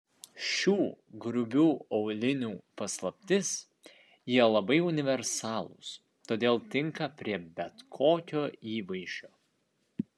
šių grubių aulinių paslaptis jie labai universalūs todėl tinka prie bet kokio įvaizdžio